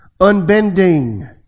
Unbending